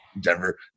Denver